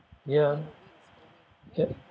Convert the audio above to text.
ya yup